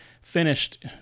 finished